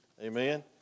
amen